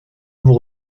vous